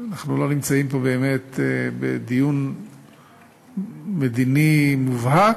אנחנו לא נמצאים פה באמת בדיון מדיני מובהק,